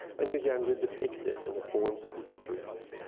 and you can but depict this in the forms of these trees.